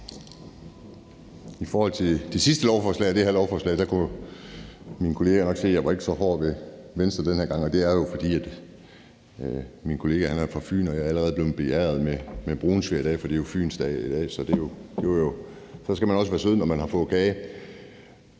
I forhold til de sidste lovforslag og det her lovforslag kan mine kolleger nok se, jeg ikke var så hård ved Venstre den her gang, og det er jo, fordi min kollega er fra Fyn, og jeg er allerede blevet beæret med brunsviger i dag. For det er jo fynboernes dag i dag. Så skal man også være sød, når man har fået kage.